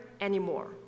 anymore